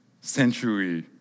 century